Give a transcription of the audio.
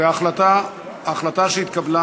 ההחלטה שהתקבלה